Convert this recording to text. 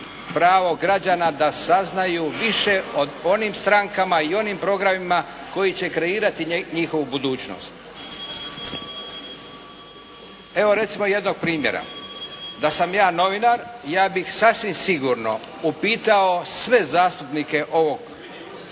pravo građana da saznaju više o onim strankama i onim programima koji će kreirati njihovu budućnost. Evo recimo jednog primjera. Da sam ja novinar, ja bih sasvim sigurno upitao sve zastupnike ovog